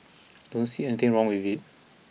don't see anything wrong with it